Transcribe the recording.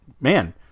man